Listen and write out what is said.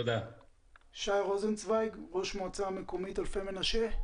שי רוזנצוויג, ראש מועצה מקומית לפי מנשה.